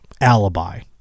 alibi